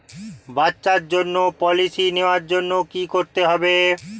বাচ্চার জন্য পলিসি নেওয়ার জন্য কি করতে হবে?